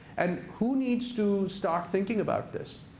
and who needs to start thinking about this?